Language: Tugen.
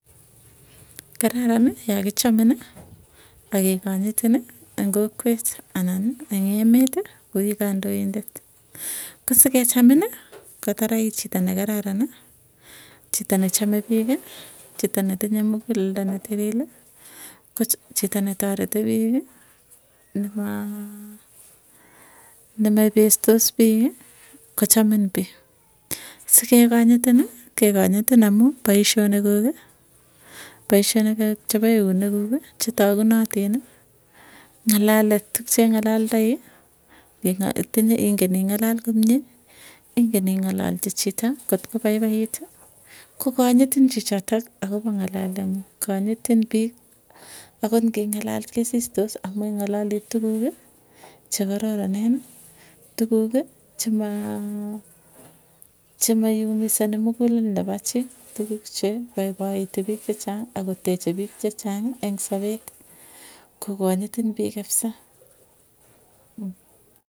Kararani yakichamini akekanyitini, eng kokwet anan eng emet koikandoindet ko sekechamin ko taraii chito nekararani, chito nechame piiki chito netinye mukuleldo netilili ko chito netareti piik, nemaa nepaipestoss piiki kochamin piik. Sikekanyitini kekanyitin amuu paisyonik kuuki paisyonik kuuk chepo eunek kuuk, chetagunatini ng'alalet tukcheng'alalndai ingen ing'alal komie. Ingen ing'alalcjhi chito kotko paipait kokanyitin chichotok akopo ng'alale ng'uug. Kanyitin piik akot nging'alal kesistos ameng'alalii tukuki, chekararaneni tukuki chimaa chima iumisani mukulel nepo chii, tukuk che ipoipoiti piik chechang akoteche piik chechang eng sapet kokanyitin piik kapsa.